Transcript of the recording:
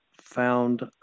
found